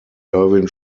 irwin